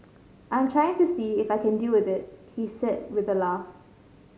I'm trying to see if I can deal with it he said with a laugh